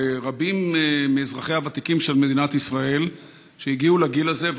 ורבים מאזרחיה הוותיקים של מדינת ישראל שהגיעו לגיל הזה,